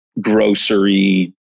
grocery